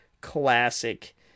classic